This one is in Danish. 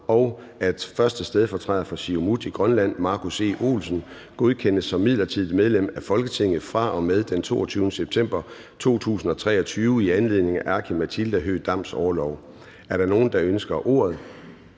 og at 1. stedfortræder for Siumut i Grønland, Markus E. Olsen, godkendes som midlertidigt medlem af Folketinget fra og med den 22. september 2023 i anledning af Aki-Matilda Høegh-Dams orlov. Er der nogen, der ønsker ordet?